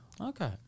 Okay